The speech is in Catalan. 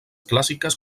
clàssiques